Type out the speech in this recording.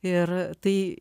ir tai